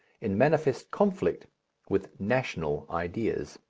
in manifest conflict with national ideas.